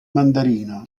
mandarino